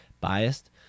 biased